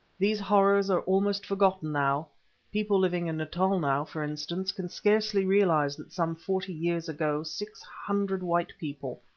these horrors are almost forgotten now people living in natal now, for instance, can scarcely realize that some forty years ago six hundred white people,